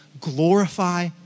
Glorify